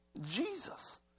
Jesus